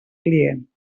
client